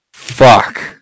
Fuck